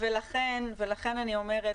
ולכן אני אומרת,